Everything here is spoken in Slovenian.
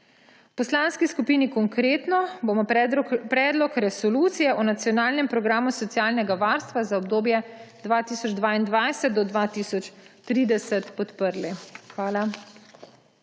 Poslanski skupini Konkretno bomo Predlog resolucije o nacionalnem programu socialnega varstva za obdobje 2022−2030 podprli. Hvala.